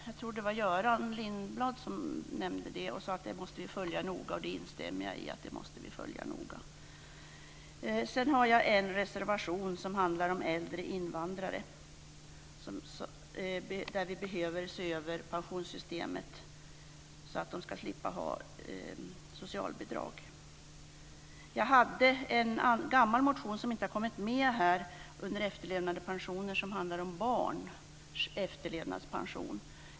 Jag tror att det var Göran Lindblad som nämnde att vi måste följa detta noga. Jag instämmer i detta. Sedan har jag en reservation som handlar om äldre invandrare. Vi behöver se över pensionssystemet när det gäller äldre invandrare, så att de ska slippa få socialbidrag. Jag hade en gammal motion som inte har kommit med här under efterlevandepensioner. Den handlar om barns efterlevandepension.